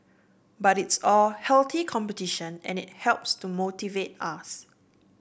but it's all healthy competition and it helps to motivate us